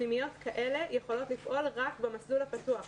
פנימיות כאלה יכולות לפעול רק במסלול הפתוח.